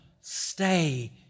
stay